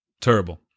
Terrible